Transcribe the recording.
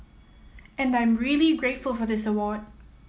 and I'm really very grateful for this award